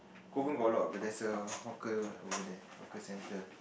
Kovan got a lot of there's a hawker over there hawker centre